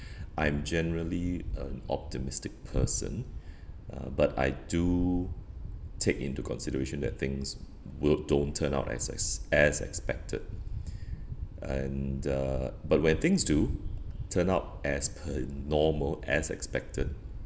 I'm generally an optimistic person uh but I do take into consideration that things w~ don't turn out as ex~ as expected and uh but when things do turn out as per normal as expected